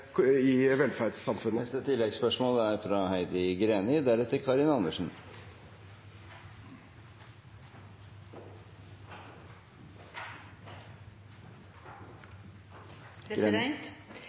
i velferdssamfunnet. Heidi Greni